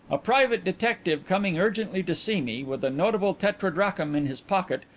a private detective coming urgently to see me with a notable tetradrachm in his pocket,